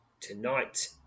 tonight